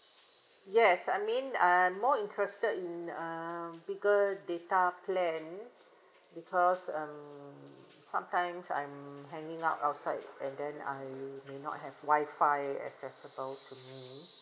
yes I mean I more interested in a bigger data plan because um sometimes I'm hanging out outside and then I will may not have wifi accessible to me